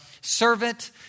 servant